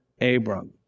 Abram